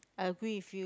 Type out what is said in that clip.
I agree with you